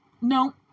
No